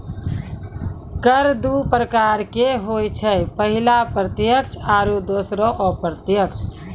कर दु प्रकारो के होय छै, पहिला प्रत्यक्ष आरु दोसरो अप्रत्यक्ष